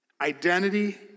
Identity